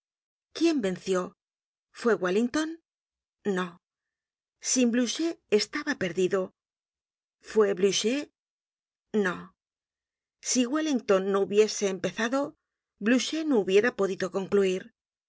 quién venció fue wellington no sin blucher estaba perdido fue blucher no si wellington no hubiese empezado blucher no hubiera podido concluir